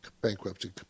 bankruptcy